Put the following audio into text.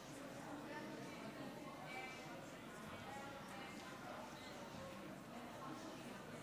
הכנסת, להלן תוצאות ההצבעה: 50